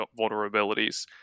vulnerabilities